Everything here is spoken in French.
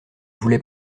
voulait